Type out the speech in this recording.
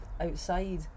outside